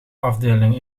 afdelingen